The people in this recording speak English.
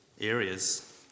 areas